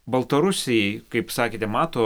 baltarusiai kaip sakėte mato